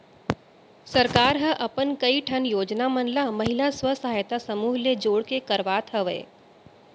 सरकार ह अपन कई ठन योजना मन ल महिला स्व सहायता समूह ले जोड़ के करवात हवय